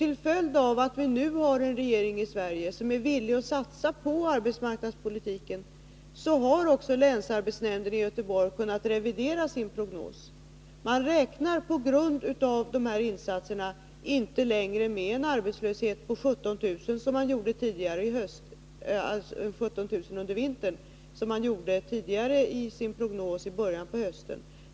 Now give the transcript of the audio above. Till följd av att vi nu i Sverige har en regering som är villig att satsa på arbetsmarknadspolitiken har länsarbetsnämnden i Göteborg kunnat revidera sin prognos. Man räknar inte längre med en arbetslöshet på 17 000 under vintern, som man gjorde i sin prognos i början av hösten.